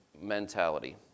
mentality